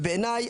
ובעיניי,